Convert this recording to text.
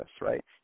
right